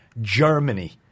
Germany